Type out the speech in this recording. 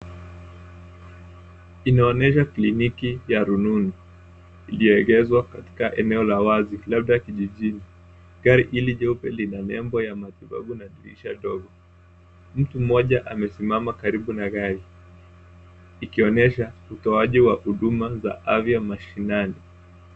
Inaonyesha kliniki ya rununu iliyoegezwa katika eneo la wazi labda kijijini gari hili jeupe lina nembo ya matibabu na dirisha ndogo. Mtu mmoja amesimama karibu na gari ikionyesha utoaji wa huduma za afya mashinani.